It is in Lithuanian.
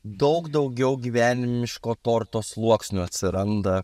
daug daugiau gyvenimiško torto sluoksnių atsiranda